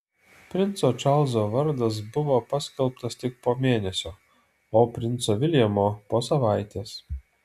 princo čarlzo vardas buvo paskelbtas tik po mėnesio o princo viljamo po savaitės